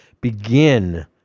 begin